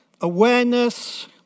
awareness